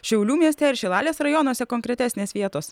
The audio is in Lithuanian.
šiaulių mieste ar šilalės rajonuose konkretesnės vietos